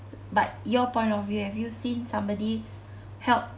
but your point of view have you seen somebody help